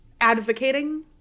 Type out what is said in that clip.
advocating